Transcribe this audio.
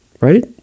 right